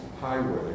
highway